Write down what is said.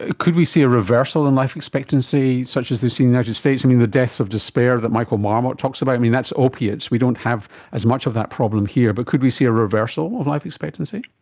ah could we see a reversal in life expectancy such as they've seen in the united states, i mean the depths of despair that michael marmot talks about? i mean, that's opiates, we don't have as much of that problem here, but could we see a reversal of life expectancy?